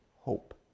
hope